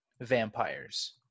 vampires